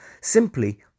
simply